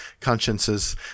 consciences